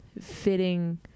fitting